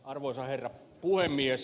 arvoisa herra puhemies